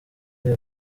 gihe